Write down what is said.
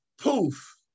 poof